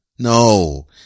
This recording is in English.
No